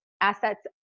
Assets